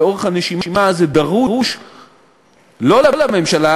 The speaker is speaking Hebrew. ואורך הנשימה הזה דרוש לא לממשלה,